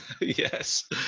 Yes